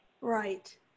Right